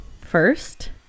first